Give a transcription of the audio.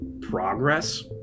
progress